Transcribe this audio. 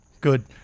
Good